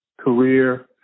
career